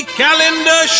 calendar